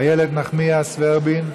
איילת נחמיאס ורבין,